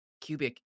Cubic